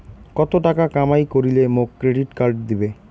কত টাকা কামাই করিলে মোক ক্রেডিট কার্ড দিবে?